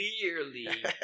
clearly